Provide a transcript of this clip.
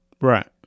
Right